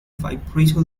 vibrato